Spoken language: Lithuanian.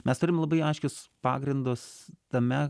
mes turim labai aiškius pagrindus tame